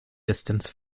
distance